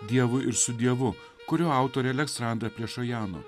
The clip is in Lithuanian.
dievui ir su dievu kurio autorė aleksandra plešojano